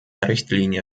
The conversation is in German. richtlinie